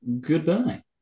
goodbye